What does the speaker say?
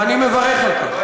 ואני מברך על כך.